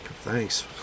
thanks